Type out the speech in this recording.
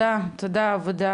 תודה, עבודה